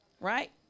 right